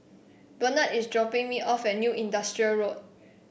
Burnett is dropping me off at New Industrial Road